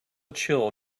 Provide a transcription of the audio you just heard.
chill